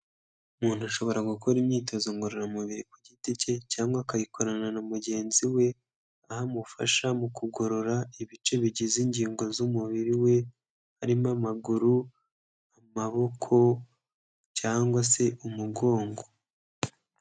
Umuntu ashobora gukora imyitozo ngororamubiri ku giti cye cyangwa akayikorana na mugenzi we, aho amufasha mu kugorora ibice bigize ingingo z'umubiri we, harimo amaguru, amaboko cyangwa se umugongo.